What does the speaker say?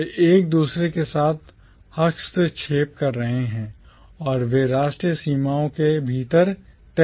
वे एक दूसरे के साथ हस्तक्षेप कर रहे हैं और वे राष्ट्रीय सीमाओं के भीतर तय नहीं हैं